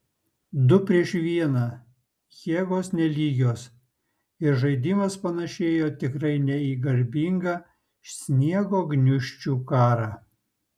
du prieš vieną jėgos nelygios ir žaidimas panašėjo tikrai ne į garbingą sniego gniūžčių karą